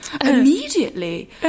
immediately